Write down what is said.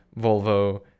Volvo